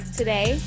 today